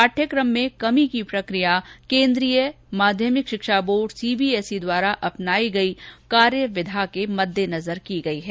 पाठ्यक्रम में कमी की प्रक्रिया केन्द्रीय माध्यमिक शिक्षा वोर्ड सीवीएसई द्वारा अपनाई गई कार्यविधा के मद्देनजर की गई है